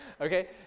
okay